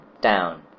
Down